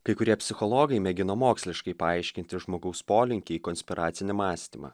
kai kurie psichologai mėgino moksliškai paaiškinti žmogaus polinkį į konspiracinį mąstymą